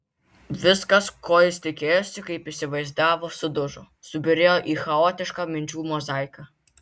viskas ko jis tikėjosi kaip įsivaizdavo sudužo subyrėjo į chaotišką minčių mozaiką